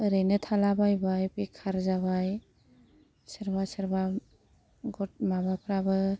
ओरैनो थालाबायबाय बेखार जाबाय सोरबा सोरबा गथ' माबाफ्राबो